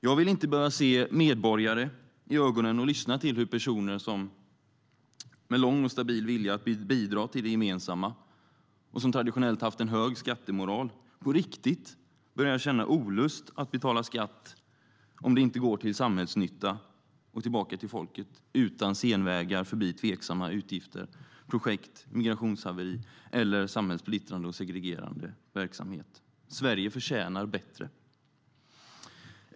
Jag vill inte behöva se medborgare i ögonen och lyssna till hur personer som haft en långvarig och stabil vilja att bidra till det gemensamma och som traditionellt haft en hög skattemoral på riktigt börjar känna olust att betala skatt om pengarna inte går till samhällsnytta och tillbaka till folket, utan senvägar förbi tveksamma utgifter och projekt, migrationshaveri eller samhällssplittrande och segregerande verksamhet. Sverige förtjänar bättre.